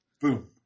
Boom